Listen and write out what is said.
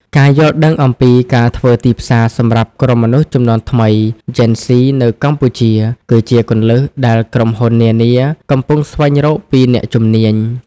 ការយល់ដឹងអំពីការធ្វើទីផ្សារសម្រាប់ក្រុមមនុស្សជំនាន់ថ្មី Gen Z នៅកម្ពុជា គឺជាគន្លឹះដែលក្រុមហ៊ុននានាកំពុងស្វែងរកពីអ្នកជំនាញ។